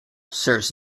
serves